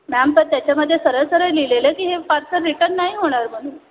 ma'am पण त्याच्यामध्ये सरळ सरळ लिहिलेलं आहे की हे फारसर रिटर्न नाही होणार म्हणून